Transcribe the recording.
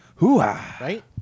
Right